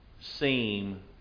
seem